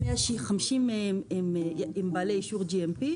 50 בעלי אישור GMP,